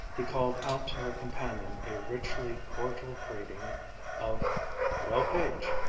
he called out to her companion a richly cordial greeting of well, page.